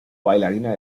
bailarina